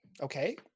Okay